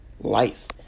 life